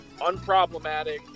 unproblematic